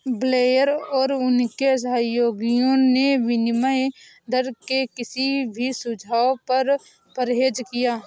Blair और उनके सहयोगियों ने विनिमय दर के किसी भी सुझाव से परहेज किया